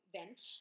vent